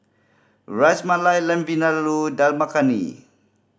Ras Malai Lamb Vindaloo Dal Makhani